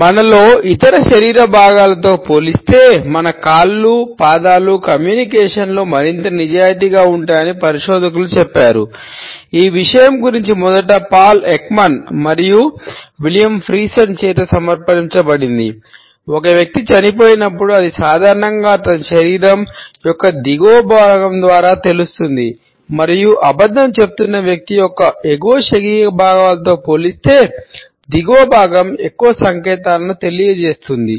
మనలోని ఇతర శరీర భాగాలతో పోల్చితే మన కాళ్ళు పాదాలు కమ్యూనికేషన్లో చేత సమర్పించబడింది ఒక వ్యక్తి చనిపోయినప్పుడు అది సాధారణంగా అతని శరీరం యొక్క దిగువ భాగం ద్వారా తెలుస్తుంది మరియు అబద్ధం చెబుతున్న వ్యక్తి యొక్క ఎగువ శరీర భాగాలతో పోల్చితే దిగువ భాగం ఎక్కువ సంకేతాలను తెలియజేస్తుంది